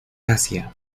asia